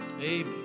Amen